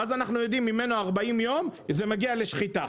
ואז אנחנו יודעים שתוך 40 יום ממנו הוא מגיע לשחיטה.